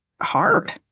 hard